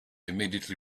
immediately